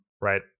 Right